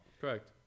Correct